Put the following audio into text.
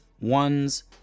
one's